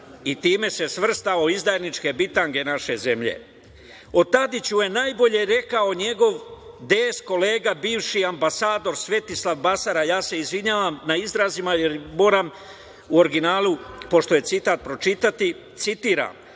Time se svrstao u izdajničke bitange naše zemlje.O Tadiću je najbolje rekao njegov DS kolega, bivši ambasador Svetislav Basara. Ja se izvinjavam na izrazima, jer moram u originalu, pošto je citat, pročitati. Citiram: